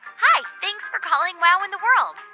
hi. thanks for calling wow in the world.